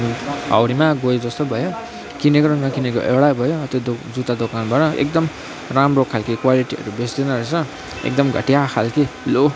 हाउडीमा गयो जस्तो भयो किनेको र नकिनेको एउटै भयो त्यो जुत्ता दोकानबाट एकदम राम्रो खालको क्वालिटीहरू बेच्दैन रहेछ एकदम घटिया खालको लो